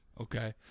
Okay